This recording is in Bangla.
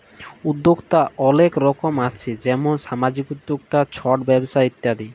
উদ্যক্তা অলেক রকম আসে যেমল সামাজিক উদ্যক্তা, ছট ব্যবসা ইত্যাদি